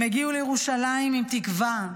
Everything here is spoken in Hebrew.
הם הגיעו לירושלים עם תקווה,